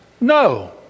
No